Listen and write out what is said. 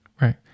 Right